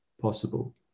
possible